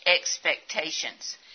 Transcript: expectations